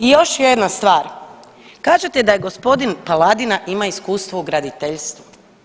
I još jedna stvar, kažete da je gospodin Paladina ima iskustva u graditeljstvu.